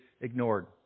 ignored